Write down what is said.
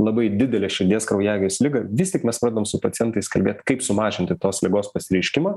labai didelę širdies kraujagyslių ligą vis tik mes pradedam su pacientais kalbėt kaip sumažinti tos ligos pasireiškimą